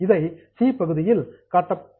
இதை சி பகுதியில் காண்பிக்கப்பட்டுள்ளது